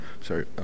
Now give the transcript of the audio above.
sorry